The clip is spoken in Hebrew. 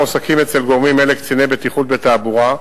מועסקים אצל גורמים אלה קציני בטיחות בתעבורה,